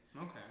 Okay